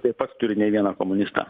tai pats turi ne vieną komunistą